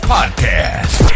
Podcast